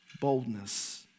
Boldness